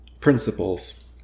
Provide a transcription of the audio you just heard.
Principles